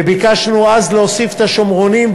וביקשנו אז להוסיף את השומרונים.